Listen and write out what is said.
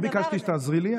לא ביקשתי שתעזרי לי.